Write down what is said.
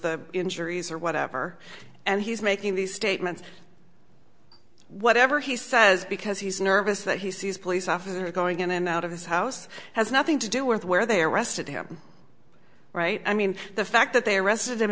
the injuries or whatever and he's making these statements whatever he says because he's nervous that he sees police officers going in and out of his house has nothing to do with where they arrested him right i mean the fact that they arrested him